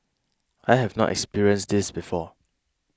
I have not experienced this before